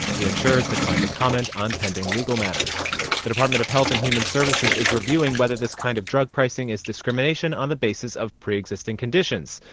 the insurers declined to comment on pending legal matters the department of health and human services is reviewing whether this kind of drug pricing is discrimination on the basis of preexisting conditions.